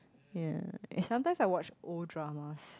ya and sometimes I watch old dramas